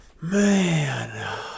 man